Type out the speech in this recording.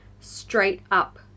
straight-up